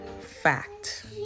fact